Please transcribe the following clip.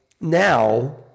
now